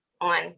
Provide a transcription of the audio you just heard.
on